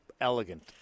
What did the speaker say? elegant